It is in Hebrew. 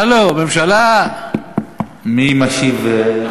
הלו, ממשלה, מי משיב?